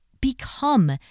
become